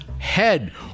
Head